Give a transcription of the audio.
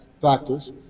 factors